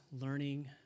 learning